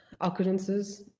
occurrences